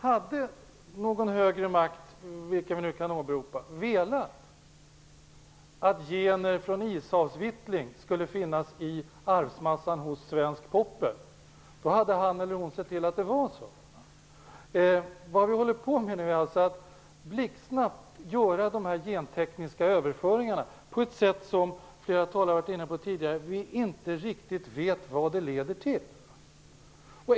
Hade någon högre makt, vilken vi nu kan åberopa, velat att gener från Ishavsvitling skulle finnas i arvsmassan hos svensk poppel, så skulle hon eller han ha sett till att det var så. Vad vi håller på med är att blixtsnabbt göra de gentekniska förändringarna på ett sätt som vi - detta har flera talare tidigare varit inne på - inte riktigt vet vad det leder till.